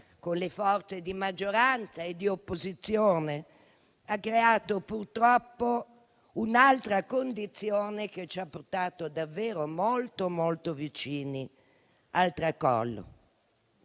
con le forze di maggioranza e di opposizione in quest'Aula, hanno creato, purtroppo, un'altra condizione che ci ha portati davvero molto vicini al tracollo.